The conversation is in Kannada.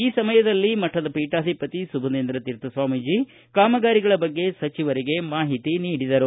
ಈ ಸಮಯದಲ್ಲಿ ಮಠದ ಪೀಠಾಧಿಪತಿ ಸುಭುಧೇಂದ್ರ ತೀರ್ಥ ಸ್ವಾಮೀಜಿ ಕಾಮಗಾರಿಗಳ ಬಗ್ಗೆ ಸಚಿವರಿಗೆ ಮಾಹಿತಿ ನೀಡಿದರು